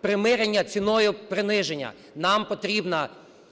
примирення ціною приниження, нам потрібна